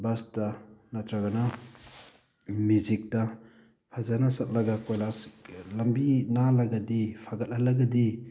ꯕꯁꯇ ꯅꯠꯇ꯭ꯔꯒꯅ ꯃꯦꯖꯤꯛꯇ ꯐꯖꯅ ꯆꯠꯂꯒ ꯀꯣꯏꯂꯥꯁ ꯂꯝꯕꯤ ꯅꯥꯜꯂꯒꯗꯤ ꯐꯒꯠꯍꯜꯂꯒꯗꯤ